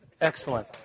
Excellent